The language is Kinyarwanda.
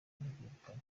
yirukanye